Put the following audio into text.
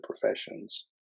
professions